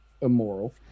immoral